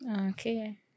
Okay